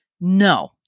No